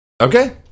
Okay